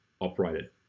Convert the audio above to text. operated